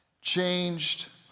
changed